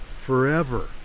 forever